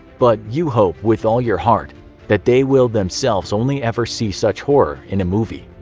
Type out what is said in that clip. but you hope with all your heart that they will themselves only ever see such horror in a movie.